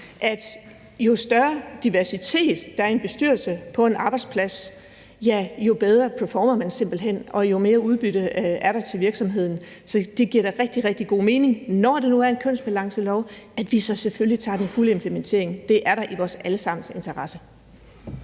jo større diversitet, der er i en bestyrelse på en arbejdsplads, jo bedre performer man simpelt hen, og jo mere udbytte er der til virksomheden. Så det giver da rigtig, rigtig god mening, når det nu er en kønsbalancelov, at vi så selvfølgelig tager den fulde implementering. Det er da i vores alle sammens interesse.